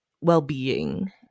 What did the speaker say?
well-being